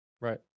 Right